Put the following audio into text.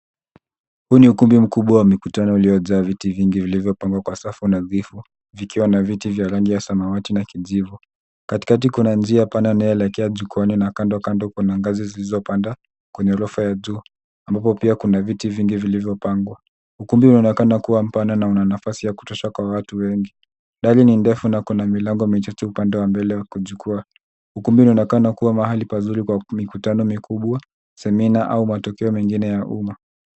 Huu ni ukumbi mkubwa wa mikutano uliojaa viti vingi vilivyopangwa kwa safu nadhifu. vikiwa na viti vya samawati na kijivu. Katikati kuna njia pana inayoelekea jukwaani na kando kando kuna ngazi zilizopanda kwa gorofa ya juu, ambapo pia kuna viti vingi vilivopangwa. Ukumbi unaonekana kuwa mpana na una nafasi ya kutosha kwa watu wengi. Dari ni ndefu na kuna milango mitatu upande wa mbele kwa jukwaa. Ukumbi unaonekana kuwa mahali pazuri pa mikutano mikubwa, semina au matukio mengine ya umma.